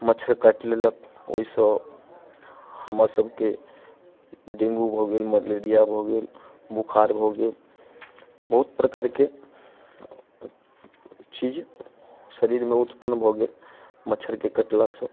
मच्छर काटि लेलक ओइसँ हमरा सबके डेंगू भऽ गेल मलेरिया भऽ गेल बोखार भऽ गेल बहुत प्रकारके चीज शरीरमे उत्पन्न भऽ गेल मच्छरके कटलासँ